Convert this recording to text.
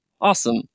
Awesome